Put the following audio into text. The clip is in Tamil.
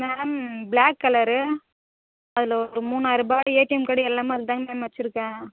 மேம் ப்ளாக் கலரு அதில் ஒரு மூணாயிருபா ஏடிஎம் கார்ட் எல்லாமே அதுல தாங்க மேம் வச்சுருக்கேன்